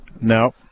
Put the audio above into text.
No